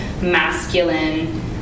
masculine